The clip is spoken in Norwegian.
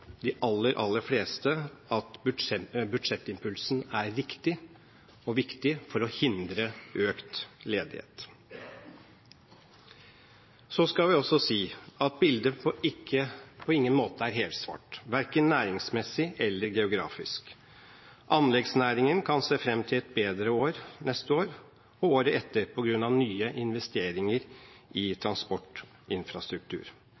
skal vi også si at bildet på ingen måte er helsvart, verken næringsmessig eller geografisk. Anleggsnæringen kan se fram til et bedre år neste år og året etter på grunn av nye investeringer i transportinfrastruktur.